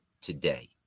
today